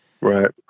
Right